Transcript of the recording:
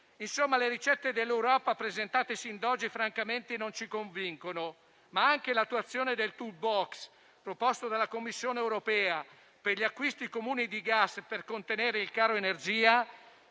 Insomma, le ricette dell'Europa presentate fino ad oggi francamente non ci convincono, ma anche l'attuazione del *toolbox* proposto dalla Commissione europea per gli acquisti comuni di gas per contenere il caro energia